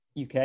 UK